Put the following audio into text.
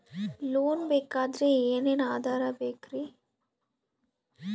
Loan ಬೇಕಾದ್ರೆ ಏನೇನು ಆಧಾರ ಬೇಕರಿ?